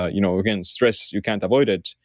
ah you know again, stress, you can't avoid it.